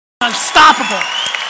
unstoppable